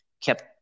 kept